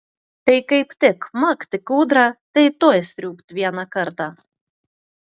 tai kaip tik makt į kūdrą tai tuoj sriūbt vieną kartą